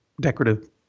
decorative